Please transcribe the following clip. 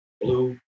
blue